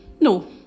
no